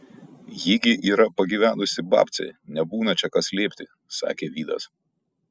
ji gi yra pagyvenusi babcė nebūna čia ką slėpti sakė vydas